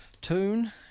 tune